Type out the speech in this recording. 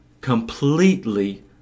completely